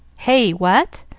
hey? what?